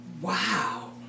Wow